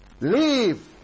leave